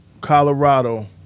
Colorado